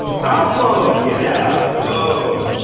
downloads, yeah. oh.